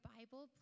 Bible